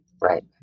right